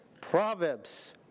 Proverbs